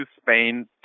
Spain